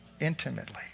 intimately